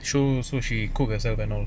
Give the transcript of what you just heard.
so so she cooked herself and all